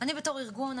אני בתור ארגון,